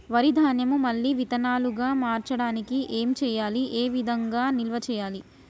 వరి ధాన్యము మళ్ళీ విత్తనాలు గా మార్చడానికి ఏం చేయాలి ఏ విధంగా నిల్వ చేయాలి?